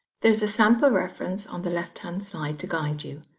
there's a sample reference on the left-hand side to guide you,